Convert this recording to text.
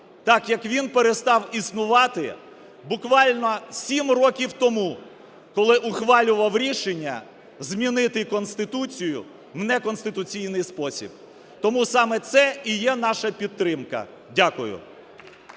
так, як він перестав існувати буквально 7 років тому, коли ухвалював рішення змінити Конституцію в неконституційний спосіб. Тому саме це і є наша підтримка. Дякую.